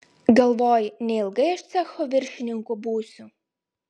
galvoji neilgai aš cecho viršininku būsiu